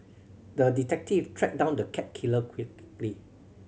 the detective tracked down the cat killer quickly